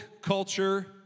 culture